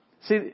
See